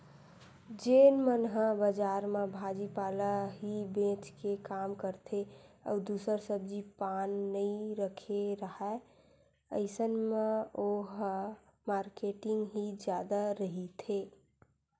जेन मन ह बजार म भाजी पाला ही बेंच के काम करथे अउ दूसर सब्जी पान नइ रखे राहय अइसन म ओहा मारकेटिंग ही जादा रहिथे